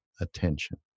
attention